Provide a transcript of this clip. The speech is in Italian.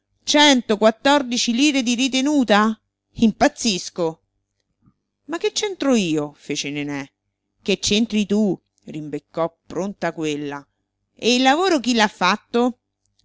centoquattordici lire di ritenuta impazzisco ma che c'entro io fece nené che c'entri tu rimbeccò pronta quella e il lavoro chi l'ha fatto